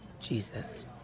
Jesus